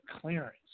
clearance